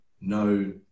no